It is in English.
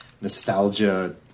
nostalgia